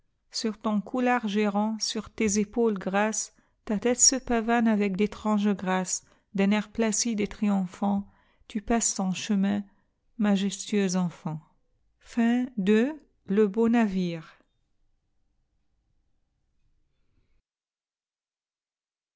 sur ton cou large et rond sur tes épaules grasses ta tête se pavane avec d'étranges grâces d'un air placide et triomphanttu passes ton chemin majestueuse enfant